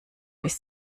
bis